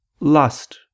Lust